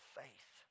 faith